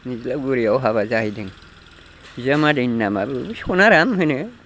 निज्लागुरिआव हाबा जाहैदों बिजामादैनि नामा सनाराम होनो